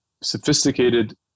sophisticated